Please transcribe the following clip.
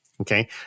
Okay